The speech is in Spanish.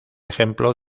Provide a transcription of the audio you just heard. ejemplo